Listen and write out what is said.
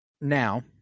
Now